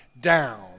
down